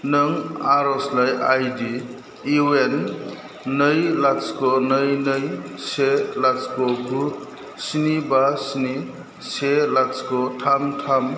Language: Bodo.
नों आरजलाइ आईडी इउएन नै लाथिख नै नै से लाथिख गु सिनि बा सिनि से लाथिख थाम थाम